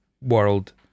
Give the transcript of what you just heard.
world